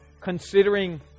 considering